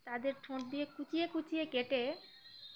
তাদের ঠোঁট দিয়ে কুচিয়ে কুচিয়ে কেটে